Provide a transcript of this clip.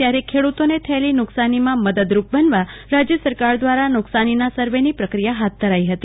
ત્યારે ખેડતોને થયેલી નુકસાનીમાં મદદરૂપ બનવા રાજય સરકાર દ્રારા નુકસાનીના સર્વેની પ્રક્રિયા હાથ ધરાઈ હતી